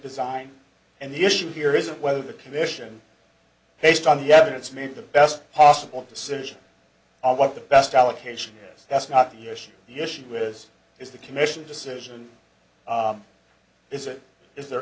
design and the issue here isn't whether the commission based on the evidence made the best possible decision on what the best allocation is that's not the issue the issue is is the commission decision is it is the